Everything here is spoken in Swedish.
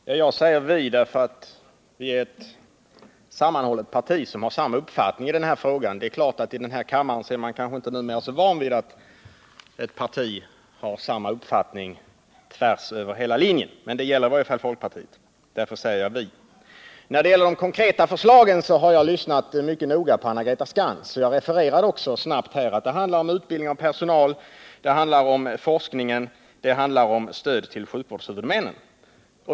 Herr talman! Jag säger ”vi” därför att vi är ett sammanhållet parti som har samma uppfattning i denna fråga. Det är klart att i denna kammare är man numera inte så van vid att ett parti har samma uppfattning tvärs över hela linjen, men det gäller i varje fall folkpartiet. Därför säger jag ”vi”. Vad beträffar de konkreta förslagen så har jag lyssnat mycket noga på ” Anna-Greta Skantz, och jag refererade också snabbt här att det handlar om utbildning av personal, forskningen och stöd till sjukvårdshuvudmännen.